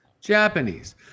Japanese